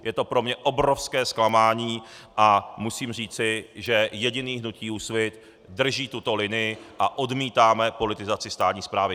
Je to pro mě obrovské zklamání a musím říci, že jediné hnutí Úsvit drží tuto linii a odmítá politizaci státní správy.